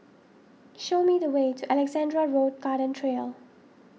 show me the way to Alexandra Road Garden Trail